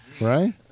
Right